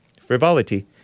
frivolity